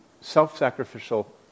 self-sacrificial